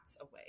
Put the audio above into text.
away